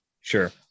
Sure